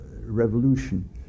revolution